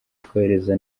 twohereza